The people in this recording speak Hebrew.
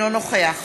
אינו נוכח